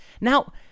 Now